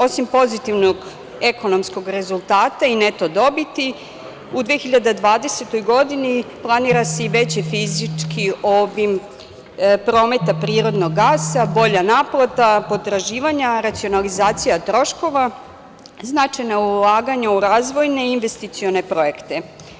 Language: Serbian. Osim pozitivnog ekonomskog rezultata i neto dobiti, u 2020. godini planira se i veći fizički obim prometa prirodnog gasa, bolja naplata potraživanja, racionalizacija troškova, značajna ulaganja u razvojne investicione projekte.